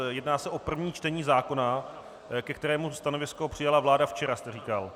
Jedná se o první čtení zákona, ke kterému stanovisko přijala vláda včera, jste říkal.